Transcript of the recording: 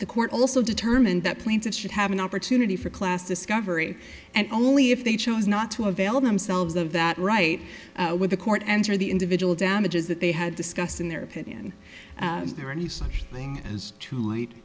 the court also determined that plaintiffs should have an opportunity for class discovery and only if they chose not to avail themselves of that right with the court enter the individual damages that they had discussed in their opinion is there any such thing as too l